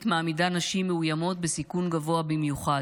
מעמידה נשים מאוימות בסיכון גבוה במיוחד.